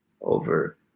over